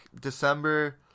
December